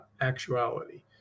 actuality